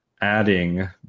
adding